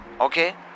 Okay